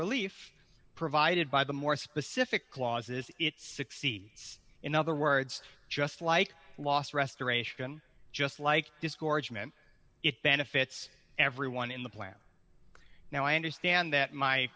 relief provided by the more specific clauses it succeeds in other words just like last restoration just like disgorgement it benefits everyone in the plan now i understand that my